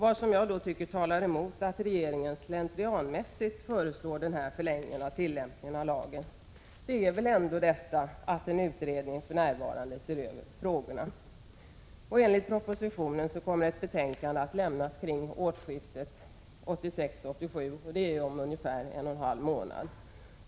Vad som talar emot att regeringen slentrianmässigt skulle föreslå en förlängning av tillämpningen av lagen är att en utredning för närvarande ser över dessa frågor. Enligt propositionen kommer ett betänkande att lämnas kring årsskiftet 1986-1987, och det är om ungefär en och en halv månad.